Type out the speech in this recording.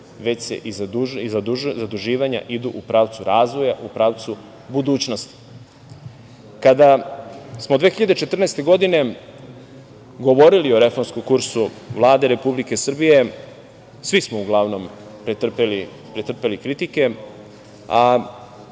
već zaduživanja idu u pravcu razvoja, u pravcu budućnosti. Kada smo 2014. godine govorili o reformskom kursu Vlade Republike Srbije, svi smo uglavnom pretrpeli kritike, a